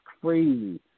crazy